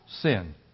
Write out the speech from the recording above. sin